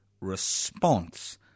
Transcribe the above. response